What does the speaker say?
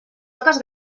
oques